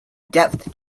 depth